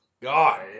God